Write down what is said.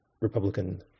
Republican